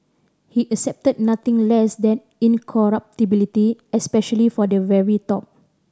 he accepted nothing less than incorruptibility especially for the very top